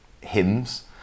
hymns